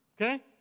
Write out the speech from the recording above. Okay